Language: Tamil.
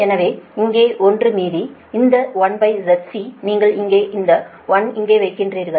எனவே இங்கே 1 மீது இந்த 1Zc நீங்கள் இங்கே அந்த 1 இங்கே வைக்கிறீர்கள்